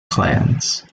clans